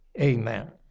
Amen